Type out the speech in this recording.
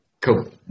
Cool